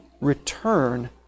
return